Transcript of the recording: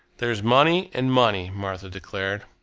there's money and money, martha declared.